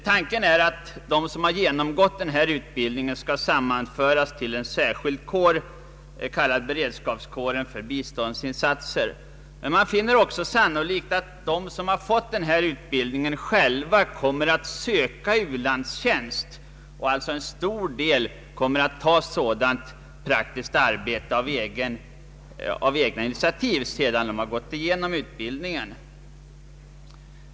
Tanken är att de som genomgått denna utbildning skall sammanföras till en särskild kår, beredskapskåren för biståndsinsatser, men man finner det också sannolikt att de som fått denna utbildning själva kommer att söka u-landstjänst. En stor del av dem kommer troligen att på eget initiativ ta sådant arbete efter att ha gått igenom utbildningen.